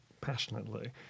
passionately